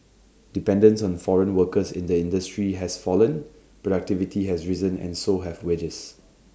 dependence on foreign workers in the industry has fallen productivity has risen and so have wages